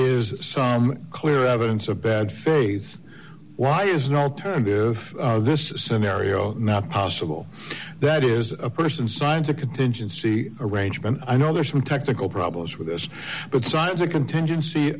is some clear evidence of bad faith why is no alternative this scenario not possible that is a person signs a contingency arrangement i know there are some technical problems with this but signs of contingency